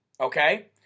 okay